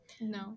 No